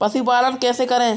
पशुपालन कैसे करें?